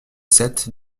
sept